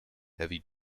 heavy